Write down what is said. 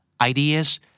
ideas